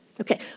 Okay